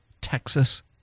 Texas